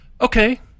Okay